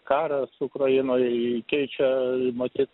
karas ukrainoje jį keičia matyt